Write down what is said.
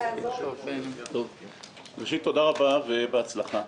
ראשית, תודה רבה ובהצלחה.